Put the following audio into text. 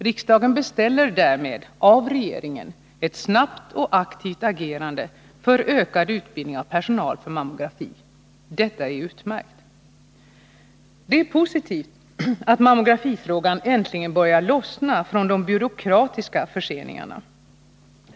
Riksdagen beställer därmed av regeringen ett snabbt och aktivt agerande för ökad utbildning av personal för mammografi. Detta är utmärkt. Det är positivt att mammografifrågan äntligen börjat lossna från de byråkratiska förseningarna.